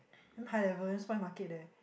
damn high level damn spoil market leh